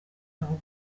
aho